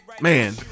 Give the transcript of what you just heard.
Man